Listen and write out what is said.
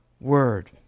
word